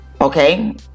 Okay